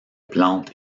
plantes